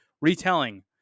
retelling